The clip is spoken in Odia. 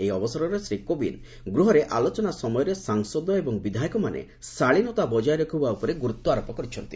ଏହି ଅବସରରେ ଶ୍ରୀ କୋବିନ୍ଦ ଗୃହରେ ଆଲୋଚନା ସମୟରେ ସାଂସଦ ଏବଂ ବିଧାୟକମାନେ ଶାଳିନତା ବଜାୟ ରଖିବା ଉପରେ ଗୁରୁତ୍ୱାରୋପ କରିଛନ୍ତି